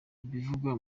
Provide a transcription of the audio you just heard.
ibivugwa